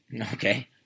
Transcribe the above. Okay